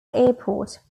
airport